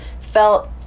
felt